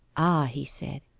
ah! he said,